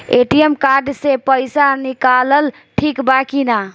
ATM card से पईसा निकालल ठीक बा की ना?